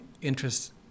interest